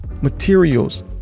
materials